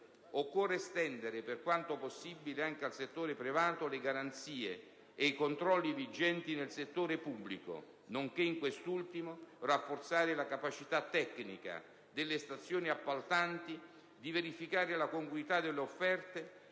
Occorre estendere, per quanto possibile, anche al settore privato le garanzie e i controlli vigenti nel settore pubblico, nonché, in quest'ultimo, rafforzare la capacità tecnica delle stazioni appaltanti di verificare la congruità delle offerte